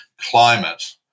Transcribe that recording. climate